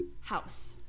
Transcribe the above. House